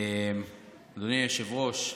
אדוני היושב-ראש,